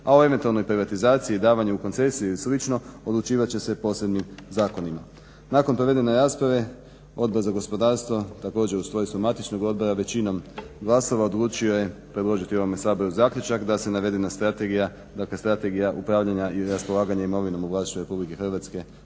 a o eventualnoj privatizaciji i davanju u koncesiju i slično odlučivat će se posebnim zakonima. Nakon provedene rasprave Odbor za gospodarstvo također u svojstvu matičnog odbora većinom glasova odlučio je predložiti ovome Saboru zaključak da se navedena strategija, dakle Strategija upravljanja i raspolaganja imovinom u vlasništvu Republike Hrvatske